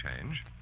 change